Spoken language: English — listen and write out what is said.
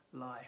life